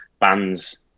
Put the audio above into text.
bands